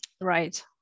Right